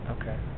Okay